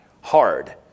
hard